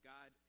God